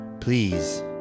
Please